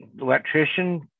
Electrician